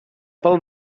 pel